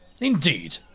Indeed